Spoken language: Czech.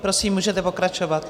Prosím, můžete pokračovat.